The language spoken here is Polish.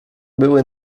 były